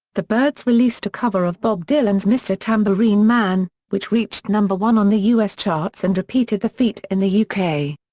the byrds released a cover of bob dylan's mr. tambourine man, which reached one on the u s. charts and repeated the feat in the u k.